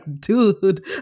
dude